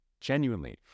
genuinely